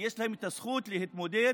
יש להן הזכות להתמודד,